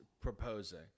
proposing